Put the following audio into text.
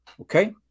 Okay